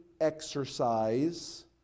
exercise